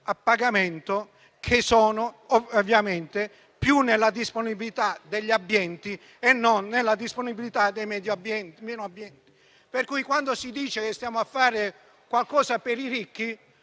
a pagamento che sono ovviamente più nella disponibilità degli abbienti che non nella disponibilità dei meno abbienti. Quando si dice che stiamo facendo qualcosa per i ricchi,